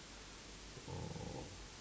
oh